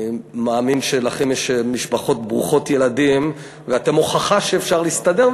אני מאמין שלכם יש משפחות ברוכות ילדים ואתם הוכחה שאפשר להסתדר,